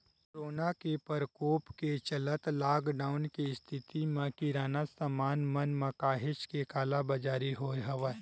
corona के परकोप के चलत लॉकडाउन के इस्थिति म किराना समान मन म काहेच के कालाबजारी होय हवय